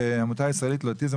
עמותה ישראלית לאוטיזם,